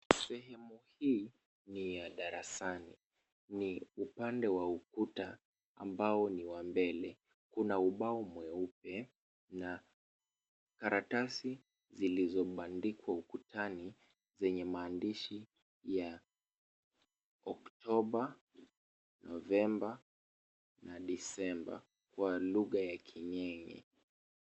Sehemu hii ni ya darasani, ni upande wa ukuta ambao ni wa mbele. Kuna ubao mweupe na karatasi zilizobandikwa ukutani, zenye maandishi ya Oktoba, Novemba na Desemba kwa lugha ya king'eng'e.